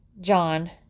John